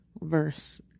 verse